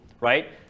Right